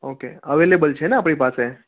okay available છે ને આપણી પાસે